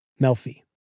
Melfi